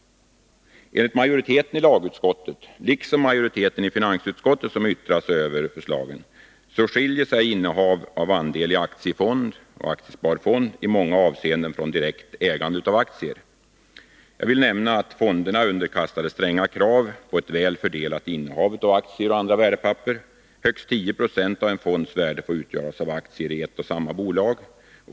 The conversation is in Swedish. Enligt majoriteten i lagutskottet och majoriteten i finansutskottet, som har yttrat sig över förslagen, skiljer sig innehav av andel i aktiefond och aktiesparfond i många avseenden från direkt ägande av aktier. Jag vill bl.a. nämna att fonderna är underkastade stränga krav på ett väl fördelat innehav av aktier och andra värdepapper. Högst 10 96 av en fonds värde får utgöras av aktier i ett och samma bolag.